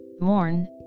mourn